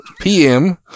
PM